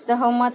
सहमत